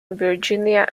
virginia